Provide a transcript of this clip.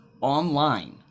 online